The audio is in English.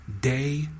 Day